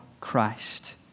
Christ